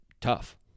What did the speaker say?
Tough